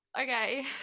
okay